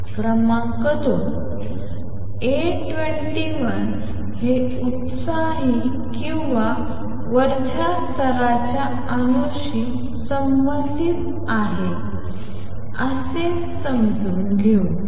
क्रमांक दोन A21 हे उत्साही किंवा वरच्या स्तराच्या अनुशी संबंधित आहे ते कसे ते समजून घेऊ